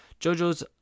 JoJo's